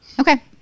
Okay